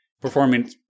performing